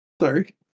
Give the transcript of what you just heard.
Sorry